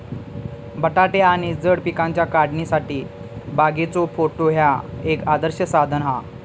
बटाटे आणि जड पिकांच्या काढणीसाठी बागेचो काटो ह्या एक आदर्श साधन हा